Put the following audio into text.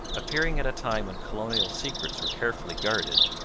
appearing at a time when colonial secrets were carefully guarded,